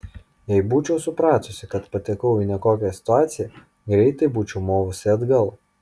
jei būčiau supratusi kad patekau į nekokią situaciją greitai būčiau movusi atgal